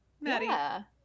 Maddie